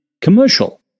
commercial